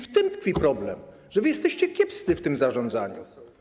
W tym tkwi problem, że jesteście kiepscy w tym zarządzaniu.